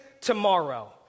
tomorrow